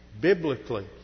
biblically